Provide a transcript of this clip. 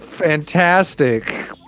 Fantastic